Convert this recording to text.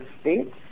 states